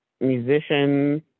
musician